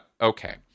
okay